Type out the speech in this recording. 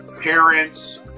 parents